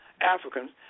Africans